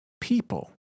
people